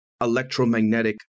electromagnetic